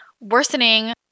worsening